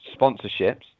sponsorships